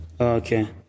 Okay